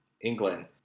England